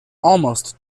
almost